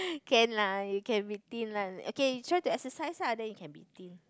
can lah you can be thin lah okay try to exercise lah then you can be thin